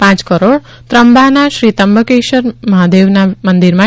પ કરોડ ત્રંબાનાશ્રી ત્રંબકેશ્વર મહાદેવના મંદિર માટે